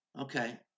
Okay